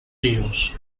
hijos